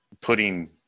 putting